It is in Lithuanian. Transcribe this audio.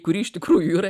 kuri iš tikrųjų yra